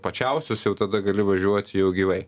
pačiausius jau tada gali važiuot jau gyvai